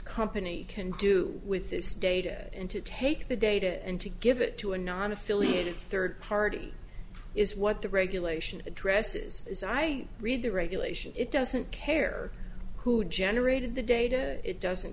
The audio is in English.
company can do with this data and to take the data and to give it to a nonaffiliated third party is what the regulation addresses as i read the regulation it doesn't care who generated the data it doesn't